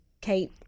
Kate